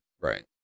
Right